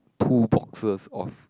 two boxes of